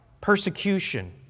persecution